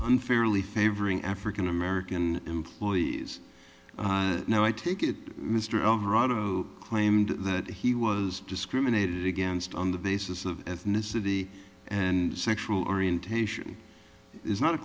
nfairly favoring african american employees no i take it mr omer out of claimed that he was discriminated against on the basis of ethnicity and sexual orientation is not a